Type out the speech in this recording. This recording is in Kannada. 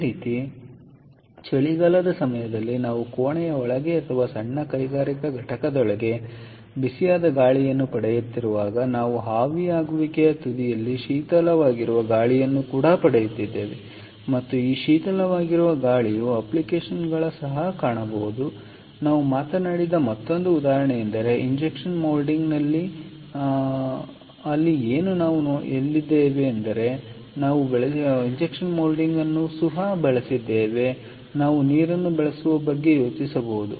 ಅದೇ ರೀತಿ ಚಳಿಗಾಲದ ಸಮಯದಲ್ಲಿ ನಾವು ಕೋಣೆಯ ಒಳಗೆ ಅಥವಾ ಸಣ್ಣ ಕೈಗಾರಿಕಾ ಘಟಕದೊಳಗೆ ಬಿಸಿಯಾದ ಗಾಳಿಯನ್ನು ಪಡೆಯುತ್ತಿರುವಾಗ ನಾವು ಆವಿಯಾಗುವಿಕೆಯ ತುದಿಯಲ್ಲಿ ಶೀತಲವಾಗಿರುವ ಗಾಳಿಯನ್ನು ಪಡೆಯುತ್ತಿದ್ದೇವೆ ಮತ್ತು ಈ ಶೀತಲವಾಗಿರುವ ಗಾಳಿಯು ಅಪ್ಲಿಕೇಶನ್ಗಳನ್ನು ಸಹ ಕಾಣಬಹುದು ನಾವು ಮಾತನಾಡಿದ್ದ ಮತ್ತೊಂದು ಉದಾಹರಣೆಯೆಂದರೆ ಇಂಜೆಕ್ಷನ್ ಮೋಲ್ಡಿಂಗ್ ಅಲ್ಲಿ ಏನು ನಾವು ಎಲ್ಲಿದ್ದೇವೆ ಎಂದು ನಾವು ಬಳಸಿದ್ದೀರಾ ಅಲ್ಲಿ ನಾವು ನೀರನ್ನು ಬಳಸುವ ಬಗ್ಗೆ ಯೋಚಿಸಬಹುದು